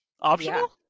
optional